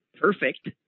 perfect